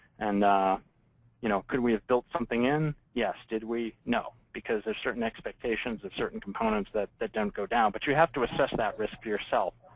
and ah you know could we have built something in? yes. did we? no, because there's certain expectations of certain components that they don't go down. but you have to assess that risk for yourself.